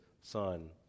Son